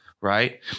right